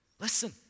Listen